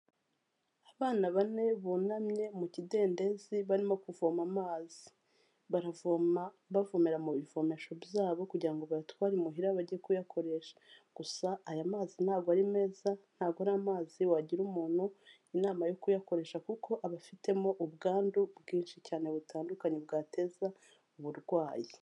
Abana bane bunamye mu kidendezi barimo kuvoma amazi. Baravoma bavomera mu bivomesho byabo kugira ngo bayatware imuhira bajye kuyakoresha, gusa aya mazi ntago ari meza, ntabwo ari amazi wagira umuntu inama yo kuyakoresha, kuko aba afitemo ubwandu bwinshi cyane butandukanye bwateza uburwayi.